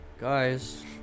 Guys